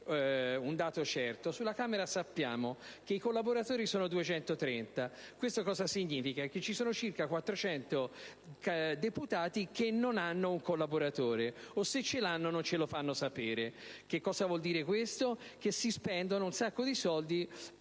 un dato certo, sulla Camera sappiamo che i collaboratori sono 230. Questo significa che ci sono circa 400 deputati che non hanno un collaboratore o, se lo hanno, non ce lo fanno sapere; quindi, si spendono un sacco di soldi